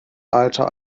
alter